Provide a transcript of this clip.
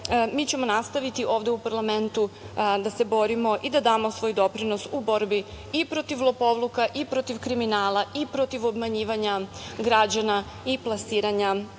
mi ćemo nastaviti ovde u parlamentu da se borimo i da damo svoj doprinos u borbi i protiv lopovluka, i protiv kriminala, i protiv obmanjivanja građana, i plasiranja